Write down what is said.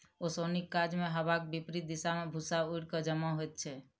ओसौनीक काजमे हवाक विपरित दिशा मे भूस्सा उड़ि क जमा होइत छै